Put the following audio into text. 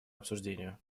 обсуждению